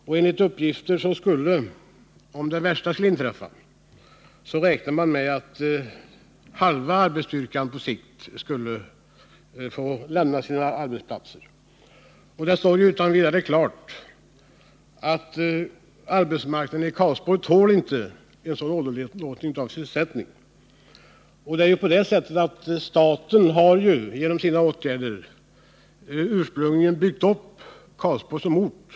Om det värsta skulle inträffa räknar man enligt uppgift med att halva arbetsstyrkan på sikt skulle komma att få lämna sitt arbete. Det står helt klart att arbetsmarknaden i Karlsborg inte tål en sådan åderlåtning av sysselsättningen. Och det är ju så att staten genom sina åtgärder ursprungligen har byggt upp Karlsborg som ort.